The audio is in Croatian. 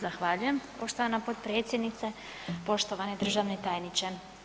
Zahvaljujem poštovana potpredsjednice, poštovani državni tajniče.